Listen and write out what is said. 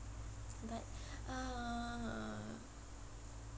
but